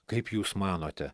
kaip jūs manote